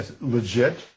legit